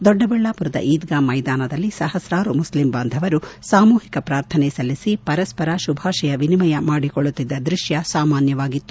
ದೊಡ್ಡಬಳ್ಳಾಪುರದ ಈದ್ಗಾ ಮೈದಾನದಲ್ಲಿ ಸಹಸ್ರಾರು ಮುಸ್ಲಿಂ ಬಾಂಧವರು ಸಾಮೂಹಿಕ ಪ್ರಾರ್ಥನೆ ಸಲ್ಲಿಸಿ ಪರಸ್ಪರ ಶುಭಾಶಯ ವಿನಿಮಯ ಮಾಡಿಕೊಳ್ಳುತ್ತಿದ್ದ ದೃಶ್ಯ ಸಾಮಾನ್ಯವಾಗಿತ್ತು